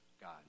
God